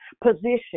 position